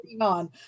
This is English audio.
on